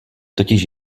totiž